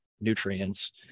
nutrients